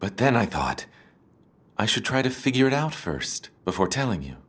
but then i thought i should try to figure it out st before telling you